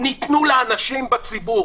ניתנו לאנשים בציבור